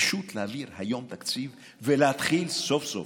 פשוט להעביר היום תקציב ולהתחיל סוף-סוף,